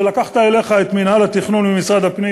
כשלקחת אליך את מינהל התכנון ממשרד הפנים